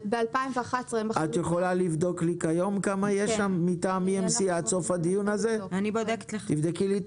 את יכולה לבדוק, עד סוף הדיון הזה,